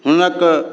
हुनक